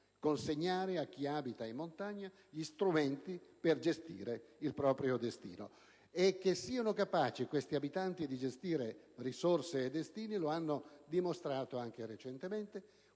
consegnare, a chi abita in montagna, gli strumenti per gestire il proprio destino. E che questi abitanti siano capaci di gestire risorse e destino lo hanno dimostrato anche recentemente